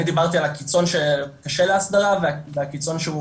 אני דיברתי על הקיצון שקשה להסדרה והקיצון שהוא